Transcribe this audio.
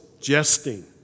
jesting